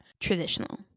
Traditional